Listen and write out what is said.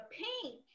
pink